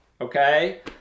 okay